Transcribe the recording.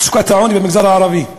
מצוקת העוני במגזר הערבי,